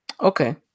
Okay